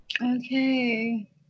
Okay